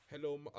Hello